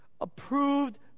approved